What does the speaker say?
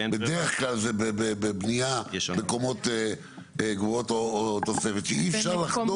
בדרך כלל זה בבנייה בקומות גבוהות או תוספת שאי אפשר לחדור פנימה.